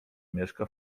mieszka